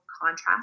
contrast